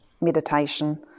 meditation